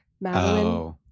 Madeline